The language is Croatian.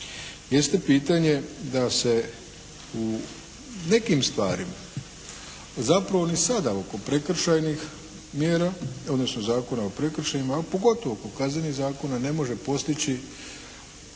jeste pitanje da se u nekim stvarima zapravo ni sada oko prekršajnih mjera, odnosno Zakona o prekršajima, a pogotovo kod kaznenih zakona ne može postići